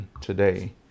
today